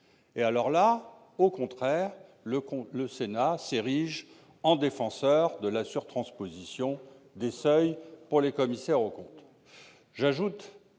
et le chiffre d'affaires, le Sénat s'érige en défenseur de la sur-transposition des seuils pour les commissaires aux comptes.